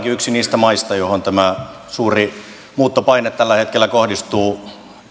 yksi niistä maista joihin tämä suuri muuttopaine tällä hetkellä kohdistuu